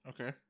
Okay